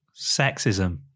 Sexism